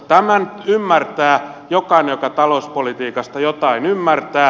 tämän ymmärtää jokainen joka talouspolitiikasta jotain ymmärtää